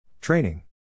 Training